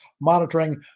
monitoring